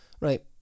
right